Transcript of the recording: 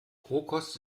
rohkost